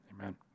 amen